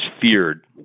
feared